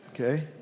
okay